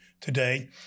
today